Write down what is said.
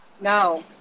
No